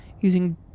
using